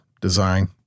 design